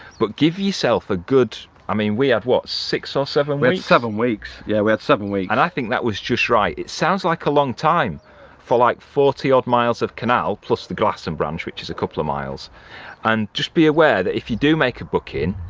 but give yourself a good, i mean we had what, six or seven weeks. we seven weeks, yeah we had seven weeks, and i think that was just right it sounds like a long time for like forty odd miles of canal plus the glasson branch which is a couple of miles and just be aware that if you do make a booking,